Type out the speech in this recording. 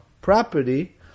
property